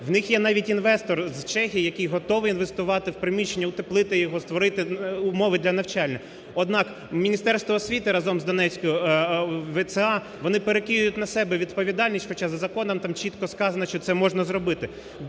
У них є навіть інвестор з Чехії, який готовий інвестувати у приміщення, утеплити його, створити умови для навчання. Однак, Міністерство освіти разом з Донецькою ВЦА вони перекидують на себе відповідальність, хоча за законом там чітко сказано, що це можна зробити.